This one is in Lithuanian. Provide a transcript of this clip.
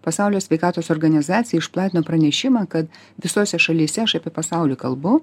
pasaulio sveikatos organizacija išplatino pranešimą kad visose šalyse aš apie pasaulį kalbu